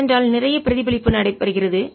ஏனென்றால் நிறைய பிரதிபலிப்பு நடைபெறுகிறது